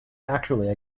actually